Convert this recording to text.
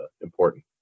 important